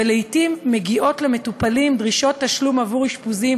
ולעתים מגיעות למטופלים אחרי זמן רב דרישות תשלום עבור אשפוזים,